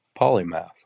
polymath